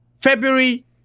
February